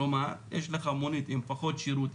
כלומר יש לך מונית עם פחות שירות,